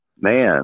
Man